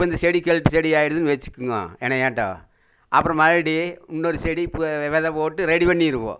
இப்போ இந்த செடி கிழட்டு செடி ஆகிடுதுன்னு வச்சுக்கங்க என்னையாட்டும் அப்புறம் மறுபடி இன்னொரு செடி இப்போ வெதை போட்டு ரெடி பண்ணிடுவோம்